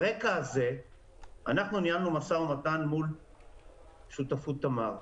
ברקע הזה ניהלנו משא ומתן עם שותפות תמר,